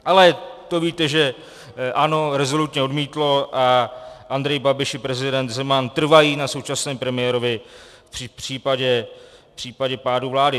Ale to, víte, že ANO rezolutně odmítlo a Andrej Babiš i prezident Zeman trvají na současném premiérovi v případě pádu vlády.